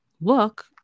look